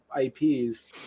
IPs